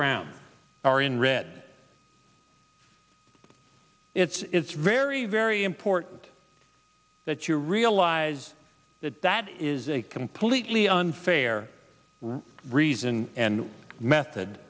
brown or in red it's very very important that you realize that that is a completely unfair reason and method